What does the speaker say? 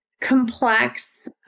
complex